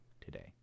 today